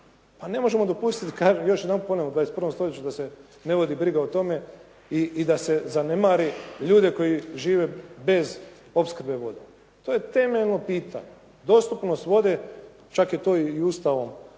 Pa ne možemo dopustiti, kažem još jedanput ponovo u 21. stoljeću da se ne vodi briga o tome i da se zanemari ljude koji žive bez opskrbe vodom. To je temeljno pitanje. Dostupnost vode, čak je to i Ustavom